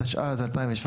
השתע"ז-2017,